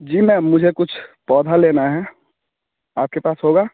जी ma'am मुझे कुछ पौधा लेना है आपके पास होगा